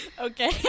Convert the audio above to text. Okay